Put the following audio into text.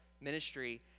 ministry